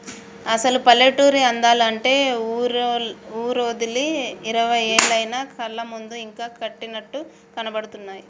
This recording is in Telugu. అసలు పల్లెటూరి అందాలు అంటే ఊరోదిలి ఇరవై ఏళ్లయినా కళ్ళ ముందు ఇంకా కట్టినట్లు కనబడుతున్నాయి